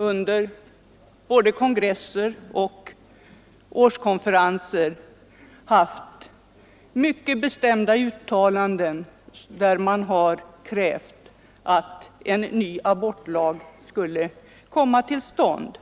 Under både kongresser och årskonferenser har förekommit mycket bestämda uttalanden med krav på att en ny abortlag skulle komma till stånd.